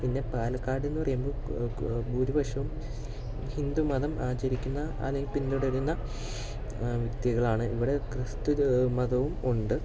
പിന്നെ പാലക്കാടെന്ന് പറയുമ്പോൾ ഭൂരിപക്ഷവും ഹിന്ദു മതം ആചരിക്കുന്ന അല്ലെങ്കിൽ പിന്തുടരുന്ന വ്യക്തികളാണ് ഇവിടെ ക്രിസ്തു മതവും ഉണ്ട്